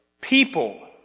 people